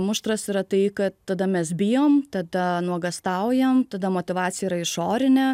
muštras yra tai kad tada mes bijom tada nuogąstaujam tada motyvacija yra išorinė